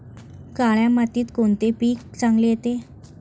काळ्या मातीत कोणते पीक चांगले येते?